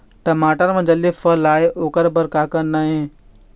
टमाटर म जल्दी फल आय ओकर बर का करना ये?